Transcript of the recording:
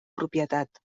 propietat